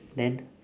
then